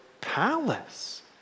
palace